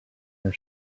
your